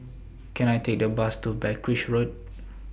Can I Take A Bus to Berkshire Road